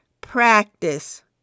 practice